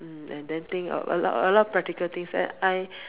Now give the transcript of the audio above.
mm and then think of a lot a lot practical things that I